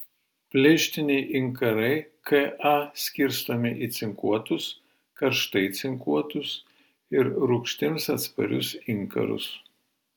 pleištiniai inkarai ka skirstomi į cinkuotus karštai cinkuotus ir rūgštims atsparius inkarus